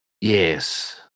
Yes